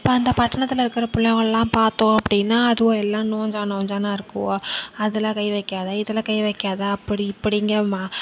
இப்போ அந்த பட்டணத்தில் இருக்கிற பிள்ளைவோல்லாம் பார்த்தோம் அப்படீன்னா அதுவோ எல்லாம் நோஞ்சான் நோஞ்சானா இருக்குவோ அதில் கை வைக்காத இதில் கை வைக்காத அப்படி இப்படிங்கமா